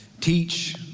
teach